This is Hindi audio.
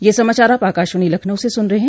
ब्रे क यह समाचार आप आकाशवाणी लखनऊ से सुन रहे हैं